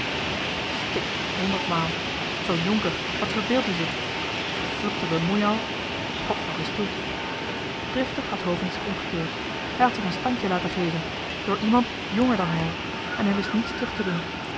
maal zoo'n jonker wat verbeeldt ie zich vervloekte bemoeial god nog es toe driftig had hovink zich omgekeerd hij had zich een standje laten geven door iemand jonger dan hij en hij wist niets terug te doen